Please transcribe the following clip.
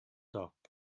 dop